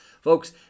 Folks